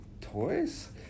Toys